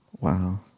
wow